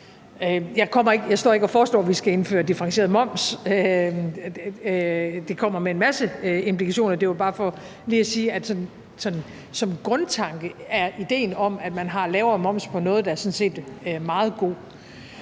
Jeg står ikke og foreslår, at vi skal indføre differentieret moms, for det kommer med en masse implikationer, men det var bare for lige at sige, at idéen om, at man har en lavere moms på noget, da sådan set som